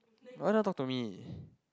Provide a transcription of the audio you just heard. why not talk to me